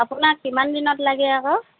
আপোনাক কিমান দিনত লাগে আকৌ